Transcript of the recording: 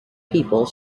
people